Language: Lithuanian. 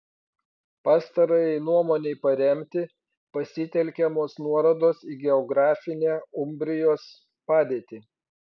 pastarajai nuomonei paremti pasitelkiamos nuorodos į geografinę umbrijos padėtį